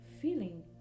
feeling